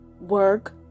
Work